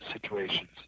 situations